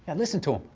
and listen to him.